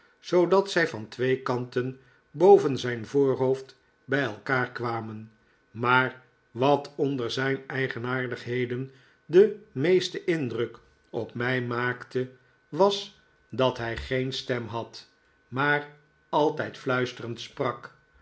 zoodat zij van twee kanten boven zijn voorhoofd bij elkaar kwamen maar wat onder zijn eigenaardigheden den meesten indruk op mij maakte was dat hij geen